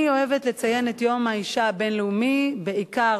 אני אוהבת לציין את יום האשה הבין-לאומי בעיקר